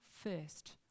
first